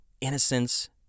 innocence